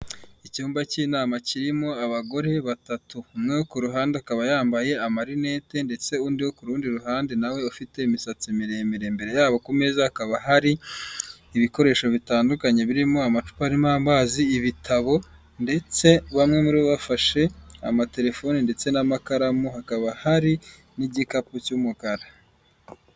Icyumba cy'inama kirimo abagore batatu umwe wo ku ruhande akaba yambaye amarinete ndetse undi wo ku rundi ruhande nawe ufite imisatsi miremire. Imbere yabo ku meza hakaba hari ibikoresho bitandukanye birimo amacupa arimo amazi, ibitabo ndetse bamwe muri bo bafashe amatelefoni ndetse n'amakaramu, hakaba hari n'igikapu cy'umukara.